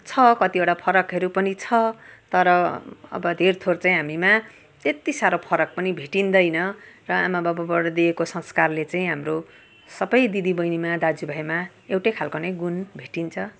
छ कतिवटा फरकहरू पनि छ तर अब धेर थोर चाहिँ हामीमा त्यति साह्रो फरक पनि भेटिँदैन र आमा बाबाबाट दिएको संस्कारले चाहिँ हाम्रो सब दिदी बहिनीमा दाजु भाइमा एउटै खाले नै गुण भेटिन्छ